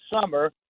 summer